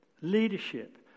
leadership